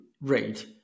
rate